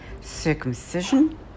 circumcision